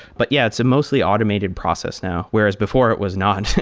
but yeah, it's a mostly automated process now, whereas before it was not.